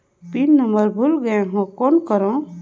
Pin number भुला गयें हो कौन करव?